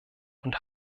und